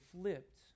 flipped